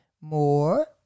More